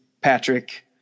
Patrick